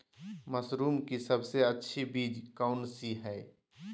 Mushroom की सबसे अच्छी बीज कौन सी है?